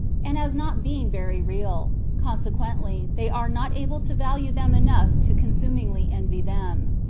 and as not being very real consequently, they are not able to value them enough to consumingly envy them.